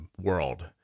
world